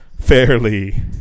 fairly